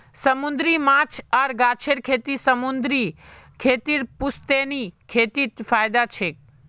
समूंदरी माछ आर गाछेर खेती समूंदरी खेतीर पुश्तैनी खेतीत फयदा छेक